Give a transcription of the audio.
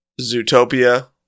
Zootopia